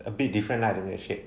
a bit different lah the milkshake